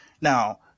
Now